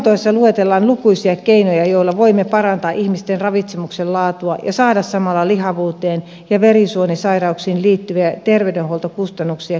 selonteossa luetellaan lukuisia keinoja joilla voimme parantaa ihmisten ravitsemuksen laatua ja saada samalla lihavuuteen ja verisuonisairauksiin liittyviä terveydenhuoltokustannuksia käännettyä laskuun